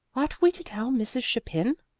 ought we to tell mrs. chapin?